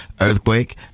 Earthquake